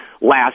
last